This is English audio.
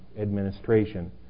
administration